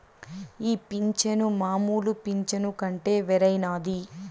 ఈ పింఛను మామూలు పింఛను కంటే వేరైనది